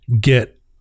get